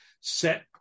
set